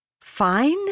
Fine